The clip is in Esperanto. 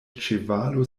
ĉevalo